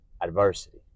adversity